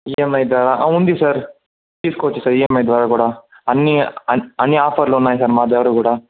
EMI ద్వారా ఉంది sir తీస్కోవచ్చు సార్ ఈఎమ్ఐ ద్వారా కూడా అన్నీ అన్ని ఆఫర్లున్నాయి సార్ మా దగ్గర కూడా